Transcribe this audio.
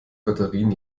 batterien